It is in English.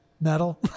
Metal